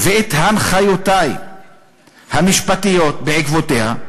ואת הנחיותי המשפטיות בעקבותיה,